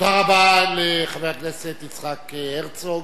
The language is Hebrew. תודה רבה לחבר הכנסת יצחק הרצוג,